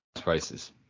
prices